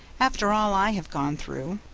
after all i have gone through.